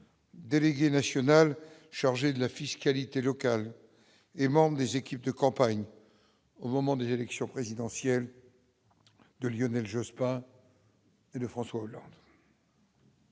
délégué national chargé de la fiscalité locale et membre des équipes de campagne au moment des élections présidentielles de Lionel Jospin. L'engagement militant